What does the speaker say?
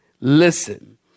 Listen